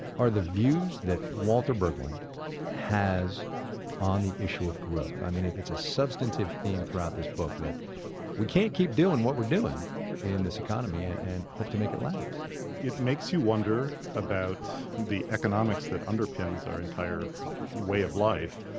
are the views that walter berglund has on the issue of growth. i mean, it's a substantive theme throughout this book, that we can't keep doing what we're doing in this economy and hope to make it last it makes you wonder about the economics that underpins our entire way of life,